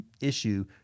issue